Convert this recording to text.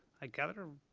i gather,